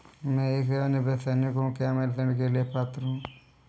मैं एक सेवानिवृत्त सैनिक हूँ क्या मैं ऋण लेने के लिए पात्र हूँ?